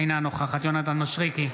אינה נוכחת יונתן מישרקי,